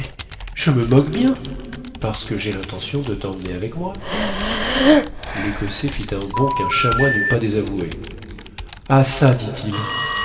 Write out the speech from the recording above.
je me moque bien parce que j'ai l'intention de t'emmener avec moi l'écossais fit un bond qu'un chamois n'eût pas désavoué ah ca dit-il